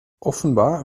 offenbar